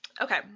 Okay